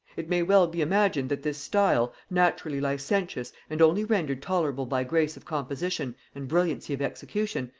it may well be imagined that this style, naturally licentious and only rendered tolerable by grace of composition and brilliancy of execution,